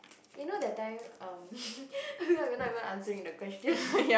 you know that time um feel like we're not even answering the question